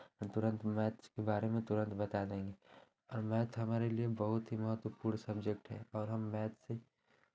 हम तुरंत मैथ के बारे में तुरंत बता देंगे और मैथ हमारे लिए बहुत ही महत्वपूर्ण सबज़ेक्ट है और हम मैथ से